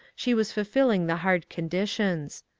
she was fulfilling the hard conditions.